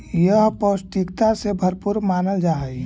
यह पौष्टिकता से भरपूर मानल जा हई